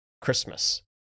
Christmas